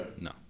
No